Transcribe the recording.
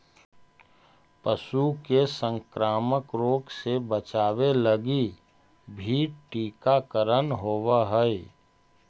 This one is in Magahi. पशु के संक्रामक रोग से बचावे लगी भी टीकाकरण होवऽ हइ